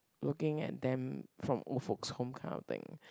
looking at them from old folk home kind of thing